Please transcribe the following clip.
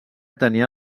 tenia